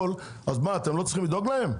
אז מה, אתם לא צריכים לדאוג להם?